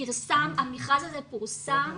המכרז הזה פורסם